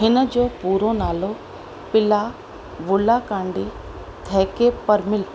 इन जो पूरो नालो पिलाउल्लाकांडी थेक्केपरांबिल